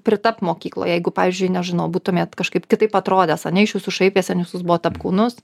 pritapt mokykloje jeigu pavyzdžiui nežinau būtumėt kažkaip kitaip atrodęs ane iš jų šaipėsi nes jis buvot apkūnus